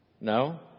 No